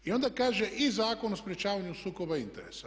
I onda kaže i Zakon o sprječavanju sukoba interesa.